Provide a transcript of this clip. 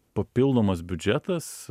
papildomas biudžetas